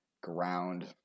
ground